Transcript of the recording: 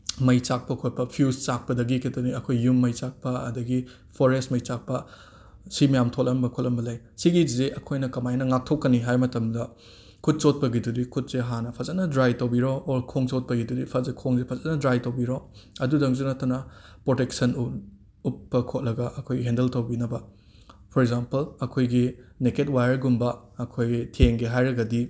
ꯃꯩ ꯆꯥꯛꯄ ꯈꯣꯠꯄ ꯐ꯭ꯌꯨꯁ ꯆꯥꯛꯄꯗꯒꯤ ꯀꯦꯇꯣꯅꯤ ꯑꯩꯈꯣꯏꯒꯤ ꯌꯨꯝ ꯃꯩ ꯆꯥꯛꯄ ꯑꯗꯩꯒꯤ ꯐꯣꯔꯦꯁ ꯃꯩ ꯆꯥꯛꯄ ꯑꯁꯤ ꯃꯌꯥꯝ ꯊꯣꯛꯂꯝꯕ ꯈꯣꯠꯂꯝꯕ ꯂꯩ ꯑꯁꯤꯒꯤꯁꯦ ꯑꯩꯈꯣꯏꯅ ꯀꯃꯥꯏꯅ ꯉꯥꯛꯊꯣꯛꯀꯅꯤ ꯍꯥꯏꯕ ꯃꯇꯝꯗ ꯈꯨꯠ ꯆꯣꯠꯄꯒꯤꯗꯨꯗꯤ ꯈꯨꯠꯁꯦ ꯍꯥꯟꯅ ꯐꯖꯟꯅ ꯗ꯭ꯔꯥꯏ ꯇꯧꯕꯤꯔꯣ ꯑꯣꯔ ꯈꯣꯡ ꯆꯣꯠꯄꯒꯤꯗꯨꯗꯤ ꯐꯖ ꯈꯣꯡꯁꯦ ꯐꯖꯟꯅ ꯗ꯭ꯔꯥꯏ ꯇꯧꯕꯤꯔꯣ ꯑꯗꯨꯗꯪꯁꯨ ꯅꯠꯇꯅ ꯄ꯭ꯔꯣꯇꯦꯛꯁꯟ ꯎꯞꯄ ꯈꯣꯠꯂꯒ ꯑꯩꯈꯣꯏ ꯍꯦꯟꯗꯜ ꯇꯧꯕꯤꯅꯕ ꯐꯣꯔ ꯑꯦꯖꯥꯝꯄꯜ ꯑꯩꯈꯣꯏꯒꯤ ꯅꯦꯀꯦꯠ ꯋꯥꯏꯌꯔꯒꯨꯝꯕ ꯑꯩꯈꯣꯏꯒꯤ ꯊꯦꯡꯒꯦ ꯍꯥꯏꯔꯒꯗꯤ